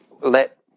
let